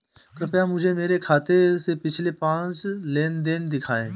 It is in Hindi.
कृपया मुझे मेरे खाते से पिछले पांच लेन देन दिखाएं